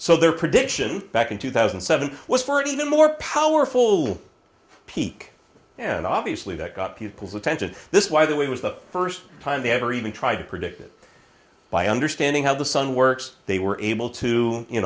so their prediction back in two thousand and seven was pretty even more powerful peak and obviously that got people's attention this why the way was the first time they ever even tried to predict it by understanding how the sun works they were able to you